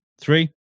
three